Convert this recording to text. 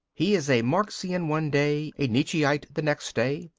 he is a marxian one day, a nietzscheite the next day,